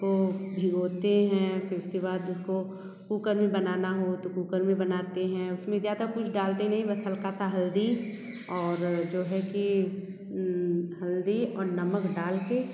उसको भिगोते हैं उसके बाद उसको कुकर मे बनाना हो तो कुकर में बनाते हैं उसमें ज़्यादा कुछ डालते नहीं बस हल्का सा हल्दी और जो है कि हल्दी और नमक डाल के